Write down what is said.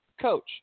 coach